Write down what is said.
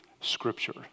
Scripture